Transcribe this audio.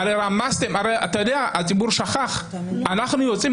הרי כל בוקר אתם קמים בבוקר ואומרים: איך זה ייתכן?